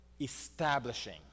establishing